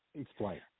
Explain